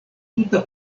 tuta